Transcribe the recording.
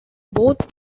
both